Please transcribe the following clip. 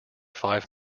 five